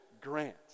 grants